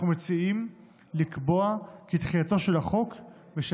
אנחנו מציעים לקבוע כי תחילתו של החוק ושל